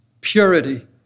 purity